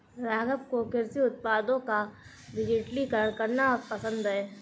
राघव को कृषि उत्पादों का डिजिटलीकरण करना पसंद है